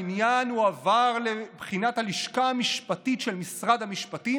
העניין הועבר לבחינת הלשכה המשפטית של משרד המשפטים,